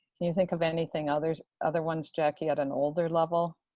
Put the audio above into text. can you think of anything, other other ones jackie at an older level?